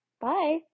bye